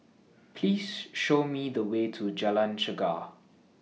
Please Show Me The Way to Jalan Chegar